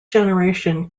generation